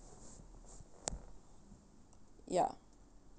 ya